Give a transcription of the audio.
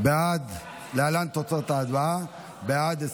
להלן תוצאות ההצבעה: בעד,